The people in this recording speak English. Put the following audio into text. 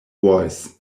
voice